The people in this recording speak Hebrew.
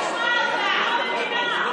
לשמוע אותך,